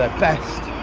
ah best!